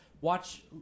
Watch